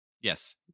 Yes